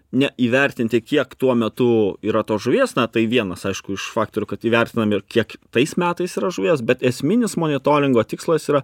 ne įvertinti kiek tuo metu yra tos žuvies na tai vienas aišku iš faktorių įvertinam ir kiek tais metais yra žuvies bet esminis monitoringo tikslas yra